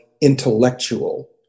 intellectual